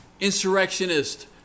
insurrectionist